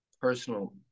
personal